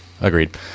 agreed